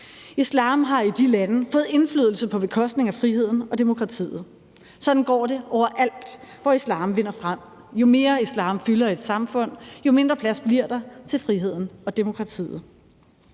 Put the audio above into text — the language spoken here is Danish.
Islam har i de lande fået indflydelse på bekostning af friheden og demokratiet. Sådan går det overalt, hvor islam vinder frem. Jo mere islam fylder i et samfund, jo mindre plads bliver der til friheden og demokratiet.